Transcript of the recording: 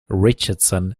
richardson